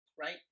right